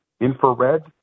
infrared